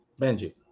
benji